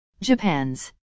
Japan's